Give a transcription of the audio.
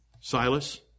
Silas